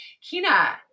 Kina